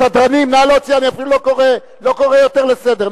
הסדרנים, נא להוציא, אני אפילו לא קורא יותר לסדר.